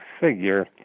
figure